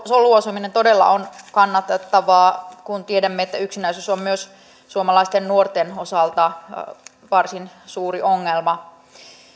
soluasuminen todella on kannatettavaa kun tiedämme että yksinäisyys on myös suomalaisten nuorten osalta varsin suuri ongelma